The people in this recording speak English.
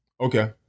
Okay